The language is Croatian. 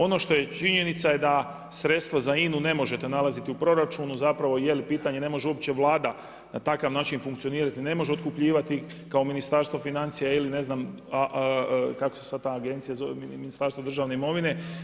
Ono što je činjenica je da, sredstvo za INA-u ne možete nalaziti u proračunu, zapravo, jel pitanje, ne može uopće Vlada na takav način funkcionirati, ne može otkupljivati kao Ministarstvo financija ili ne znam, kako se ta agencija zove, Ministarstvo države imovine.